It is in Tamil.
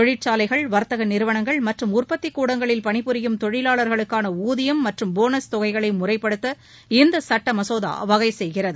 தொழிற்சாலைகள் வர்த்தக நிறுவனங்கள் மற்றும் உற்பத்தி கூடங்களில் பணிபுரியும் தொழிலாளர்களுக்காள ஊதியம் மற்றும் போனஸ் தொகைகளை முறைப்படுத்த இந்த சட்ட மசோதா வகை செய்கிறது